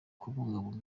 kubungabunga